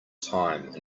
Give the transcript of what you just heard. time